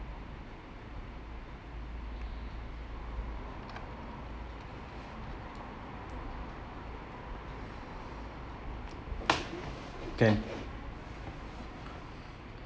can